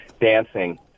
dancing